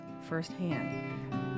firsthand